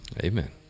Amen